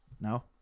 no